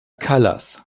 kallas